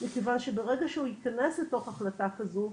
מכיוון שברגע שהוא ייכנס לתוך החלטה כזו,